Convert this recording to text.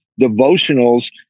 devotionals